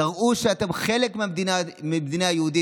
תראו שאתם חלק מהמדינה היהודית,